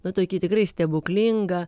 nu tokį tikrai stebuklingą